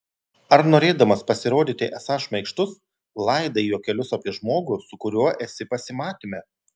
ar norėdamas pasirodyti esąs šmaikštus laidai juokelius apie žmogų su kuriuo esi pasimatyme